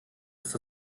ist